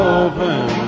open